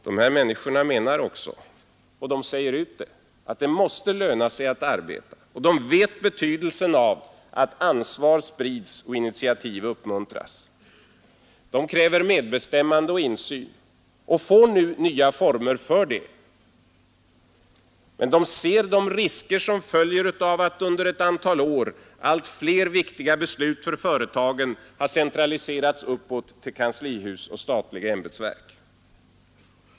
De här människorna menar också, och de säger ut det, att det måste löna sig att arbeta, och de vet betydelsen av att ansvar sprids och initiativ uppmuntras. De kräver medbestämmande och insyn och får nu nya former för detta. Men de ser de risker som följer av att under ett antal år allt fler viktiga beslut för företagen har centraliserats uppåt till kanslihus och statliga ämbetsverk.